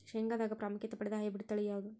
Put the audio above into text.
ಶೇಂಗಾದಾಗ ಪ್ರಾಮುಖ್ಯತೆ ಪಡೆದ ಹೈಬ್ರಿಡ್ ತಳಿ ಯಾವುದು?